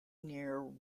near